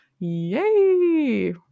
Yay